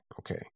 okay